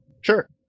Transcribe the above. Sure